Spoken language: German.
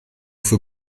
für